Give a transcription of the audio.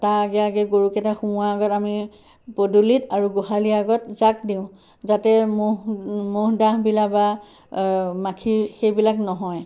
তাৰ আগে আগে গৰুকেইটা সোমোৱাৰ আগত আমি পদূলিত আৰু গোহালিৰ আগত জাগ দিওঁ যাতে মহ মহ ডাঁহবিলাক বা মাখি সেইবিলাক নহয়